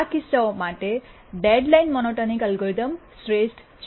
આ કિસ્સાઓ માટે ડેડલાઇન મોનોટોનિક અલ્ગોરિધમ શ્રેષ્ઠ છે